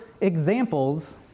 examples